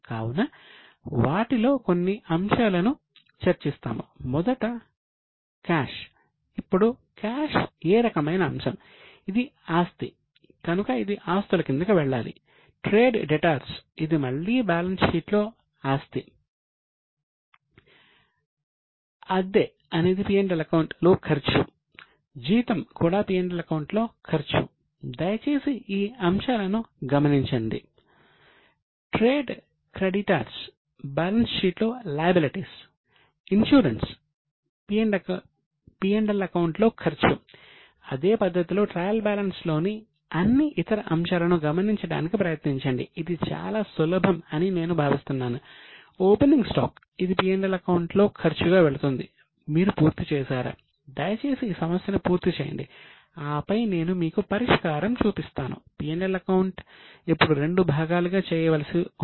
కావున వాటిలో కొన్ని అంశాలను చర్చిస్తాము